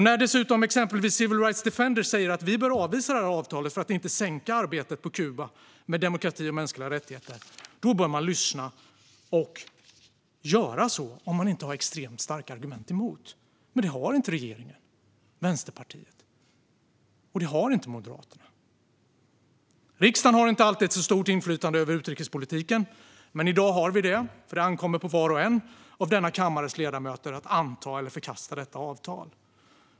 När dessutom exempelvis Civil Rights Defenders säger att vi bör avvisa avtalet för att inte sänka arbetet med demokrati och mänskliga rättigheter på Kuba bör man lyssna och göra så, om man inte har extremt starka argument emot. Det har inte regeringen och Vänsterpartiet, och det har inte Moderaterna. Riksdagen har inte alltid ett så stort inflytande över utrikespolitiken, men i dag har vi det. Det ankommer på var och en av denna kammares ledamöter att anta eller förkasta detta avtal.